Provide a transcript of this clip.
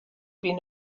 been